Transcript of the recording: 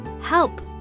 help